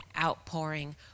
outpouring